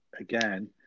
again